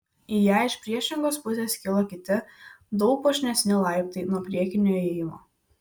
į ją iš priešingos pusės kilo kiti daug puošnesni laiptai nuo priekinio įėjimo